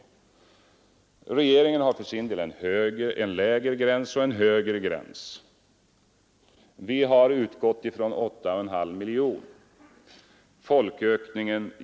Regeringen har för sin del en lägre gräns och en högre gräns. Vi har utgått ifrån 8,5 miljoner.